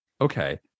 okay